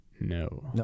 No